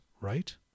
right